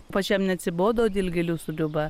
pačiam neatsibodo dilgėlių sriuba